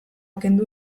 kendu